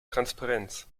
transparenz